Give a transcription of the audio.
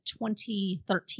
2013